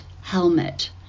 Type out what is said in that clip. helmet